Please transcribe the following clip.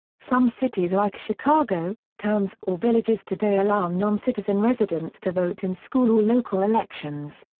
some cities like chicago, towns or villages today allow noncitizen residents to vote in school or local elections.